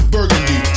Burgundy